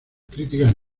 críticas